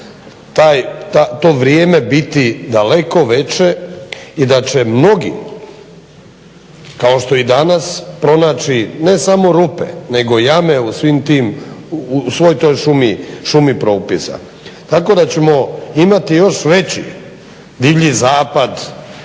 to vrijeme biti daleko veće i da će mnogi kao što i danas pronaći ne samo rupe nego jame u svoj toj šumi propisa. Tako da ćemo imati još veći divlji zapad